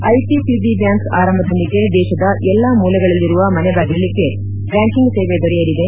IPCB bank ಆರಂಭದೊಂದಿಗೆ ದೇಶದ ಎಲ್ಲಾ ಮೂಲೆಗಳಲ್ಲಿರುವ ಮನೆಬಾಗಿಲಿಗೆ ಬ್ಯಾಂಕಿಂಗ್ ಸೇವೆ ದೊರೆಯಲಿದೆ